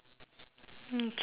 okay